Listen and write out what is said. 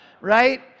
right